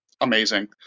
amazing